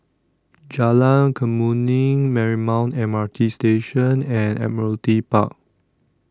Jalan Kemuning Marymount M R T Station and Admiralty Park